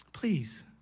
Please